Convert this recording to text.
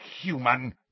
human